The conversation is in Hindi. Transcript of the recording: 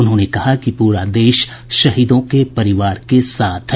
उन्होंने कहा कि पूरा देश शहीदों के परिवार के साथ है